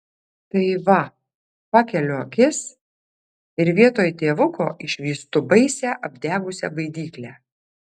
tai va pakeliu akis ir vietoj tėvuko išvystu baisią apdegusią baidyklę